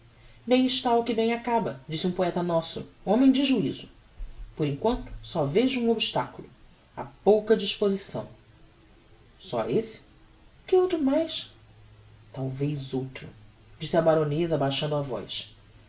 está o que bem acaba disse um poeta nosso homem de juizo por em quanto só vejo um obstaculo a pouca disposição só esse que outro mais talvez outro disse a baroneza abaixando a voz